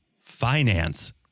finance